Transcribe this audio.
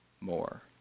more